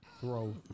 throw